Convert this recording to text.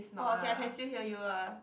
orh okay I can still hear you ah